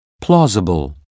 Plausible